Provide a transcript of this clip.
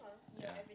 ya